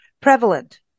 prevalent